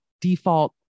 default